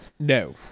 No